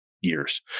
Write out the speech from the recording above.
years